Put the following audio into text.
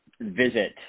visit